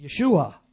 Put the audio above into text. Yeshua